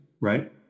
right